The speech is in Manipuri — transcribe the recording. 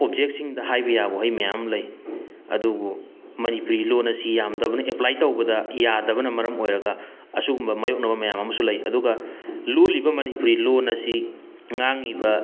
ꯑꯣꯕꯖꯦꯛꯁꯤꯡꯗ ꯍꯥꯏꯕ ꯌꯥꯕ ꯋꯥꯍꯩ ꯃꯌꯥꯝ ꯑꯃ ꯂꯩ ꯑꯗꯨꯕꯨ ꯃꯅꯤꯄꯨꯔꯤ ꯂꯣꯟ ꯑꯁꯤ ꯌꯥꯝꯗꯕꯅ ꯑꯦꯄ꯭ꯂꯥꯏ ꯇꯧꯕꯗ ꯌꯥꯗꯕꯅ ꯃꯔꯝ ꯑꯣꯏꯔꯒ ꯑꯁꯤꯒꯨꯝꯕ ꯃꯥꯌꯣꯛꯅꯕ ꯃꯌꯥꯝ ꯑꯃꯁꯨ ꯂꯩ ꯑꯗꯨꯒ ꯂꯣꯜꯂꯤꯕ ꯃꯅꯤꯄꯨꯔꯤ ꯂꯣꯟ ꯑꯁꯤ ꯉꯥꯡꯉꯤꯕ